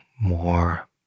more